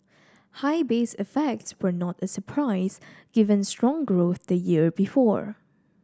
high base effects were not a surprise given strong growth the year before